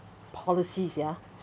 policies ya